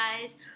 guys